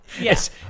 Yes